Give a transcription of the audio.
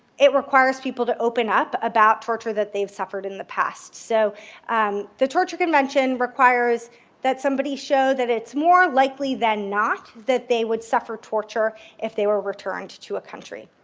it requires people to open up about torture that they've suffered in the past. so um the torture convention requires that somebody show that it's more likely than not that they would suffer torture if they were returned to a country.